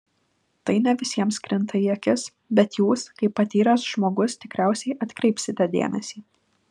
tai ne visiems krinta į akis bet jūs kaip patyręs žmogus tikriausiai atkreipsite dėmesį